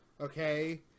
okay